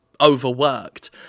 overworked